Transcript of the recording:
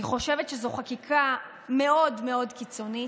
אני חושבת שזאת חקיקה מאוד קיצונית,